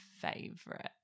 favorite